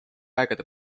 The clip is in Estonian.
aegade